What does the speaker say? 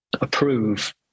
approve